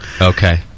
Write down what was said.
Okay